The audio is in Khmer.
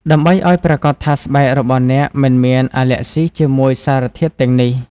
ដើម្បីឲ្យប្រាកដថាស្បែករបស់អ្នកមិនមានអាលែកហ្ស៊ីជាមួយសារធាតុទាំងនេះ។